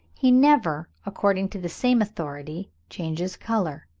he never, according to the same authority, changes colour.